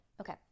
okay